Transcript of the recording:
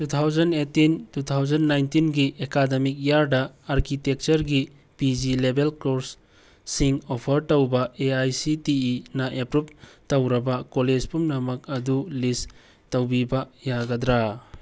two thousand eighteen two thousand ꯅꯥꯏꯟꯇꯤꯟꯒꯤ academic ꯏꯌꯥꯔꯗ ꯑꯥꯔꯀꯤꯇꯦꯛꯆꯔꯒꯤ ꯄꯤ ꯖꯤ ꯂꯦꯕꯦꯜ ꯀꯣꯔꯁꯁꯤꯡ ꯑꯣꯐꯔ ꯇꯧꯕ ꯑꯦ ꯑꯥꯏ ꯁꯤ ꯇꯤ ꯏꯅ ꯑꯦꯄ꯭ꯔꯨꯕ ꯇꯧꯔꯕ ꯀꯣꯂꯦꯖ ꯄꯨꯝꯅꯃꯛ ꯑꯗꯨ ꯂꯤꯁ ꯇꯧꯕꯤꯕ ꯌꯥꯒꯗ꯭ꯔꯥ